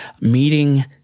meeting